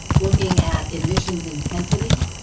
looking at emissions intensity.